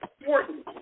important